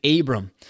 Abram